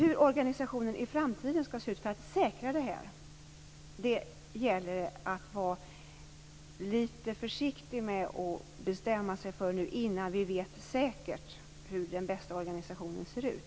Hur organisationen skall se ut i framtiden för att detta skall säkras gäller det att vara litet försiktig med att bestämma sig för innan vi vet säkert hur den bästa organisationen ser ut.